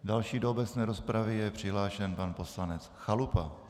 Další do obecné rozpravy je přihlášen pan poslanec Chalupa.